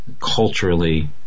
culturally